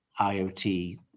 IoT